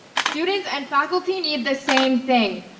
students and faculty need the same thing.